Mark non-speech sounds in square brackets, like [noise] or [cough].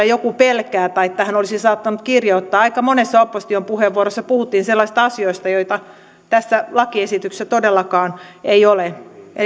[unintelligible] joku pelkää tai joita tähän olisi saattanut kirjoittaa aika monessa opposition puheenvuorossa puhuttiin sellaisista asioista joita tässä lakiesityksessä todellakaan ei ole